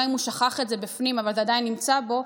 גם אם הוא שכח את זה בפנים אבל זה עדיין נמצא בו,